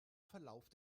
verlauf